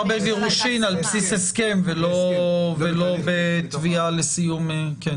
בגירושין על בסיס הסכם ולא בתביעה לסיום וכולי.